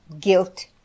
guilt